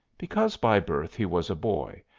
because by birth he was a boy,